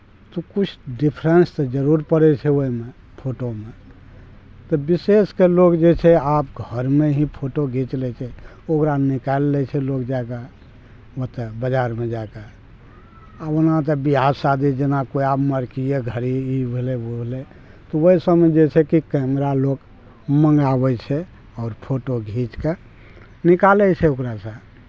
तऽ किछु डिफरेन्स तऽ जरूर पड़ै छै ओहिमे फोटोमे तऽ बिशेषके लोग जे छै आब घरमे ही फोटो घीच लै छै ओकरा निकालि लै छै लोक जाकऽ ओतऽ बजारमे जाकऽ आ ओना तऽ विवाह शादी जेना कोइ आब मर्कीए घड़ी ई भेलै ओ भेलै तऽ ओहि सबमे जे छै कि कैमरा लोक मंगाबै छै आओर फोटो घीच कऽ निकालै छै ओकरा सऽ